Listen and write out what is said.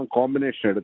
combination